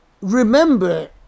Remember